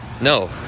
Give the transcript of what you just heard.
No